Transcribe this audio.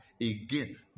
Again